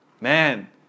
man